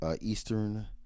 Eastern